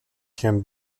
can